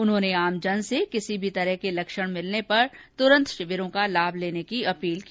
उन्होंने आमजन से किसी भी लक्षण मिलने पर तुरंत शिविरों का लाभ लेने की अपील की